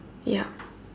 yup